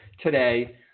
today